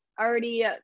already